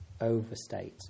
overstate